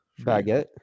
Baguette